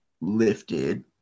lifted